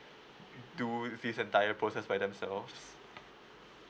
do this entire process by themselves